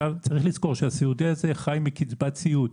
צריך לזכור שהסיעודי הזה חי מקצבת סיעוד,